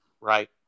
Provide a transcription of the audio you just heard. right